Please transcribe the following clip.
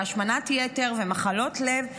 והשמנת יתר ומחלות לב.